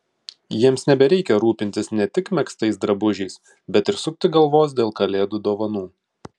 jiems nebereikia rūpintis ne tik megztais drabužiais bet ir sukti galvos dėl kalėdų dovanų